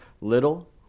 little